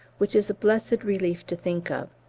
which is a blessed relief to think of.